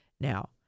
Now